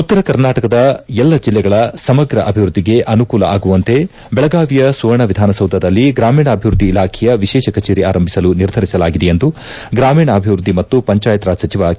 ಉತ್ತರ ಕರ್ನಾಟಕದ ಎಲ್ಲ ಜಿಲ್ಲೆಗಳ ಸಮಗ್ರ ಅಭಿವೃದ್ದಿಗೆ ಅನುಕೂಲ ಆಗುವಂತೆ ಬೆಳಗಾವಿಯ ಸುವರ್ಣ ವಿಧಾನಸೌಧದಲ್ಲಿ ಗ್ರಾಮೀಣಾಭಿವೃದ್ದಿ ಇಲಾಖೆಯ ವಿಶೇಷ ಕಚೇರಿ ಆರಂಭಿಸಲು ನಿರ್ಧರಿಸಲಾಗಿದೆ ಎಂದು ಗ್ರಾಮೀಣಾಭಿವೃದ್ದಿ ಮತ್ತು ಪಂಚಾಯತ್ ರಾಜ್ ಸಚಿವ ಕೆ